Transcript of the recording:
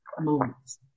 moments